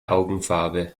augenfarbe